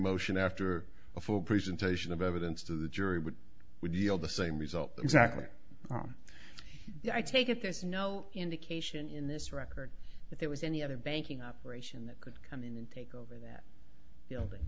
motion after a full presentation of evidence to the jury would would yield the same result exactly i take it there's no indication in this record that there was any other banking operation that could come in and take over that